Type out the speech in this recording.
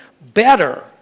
better